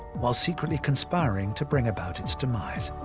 while secretly conspiring to bring about its demise.